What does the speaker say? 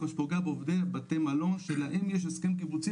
פוגע בעובדי בתי מלון שלהם יש הסכם קיבוצי,